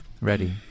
Ready